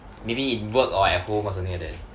maybe in work or at home or something like that